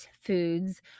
foods